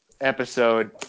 episode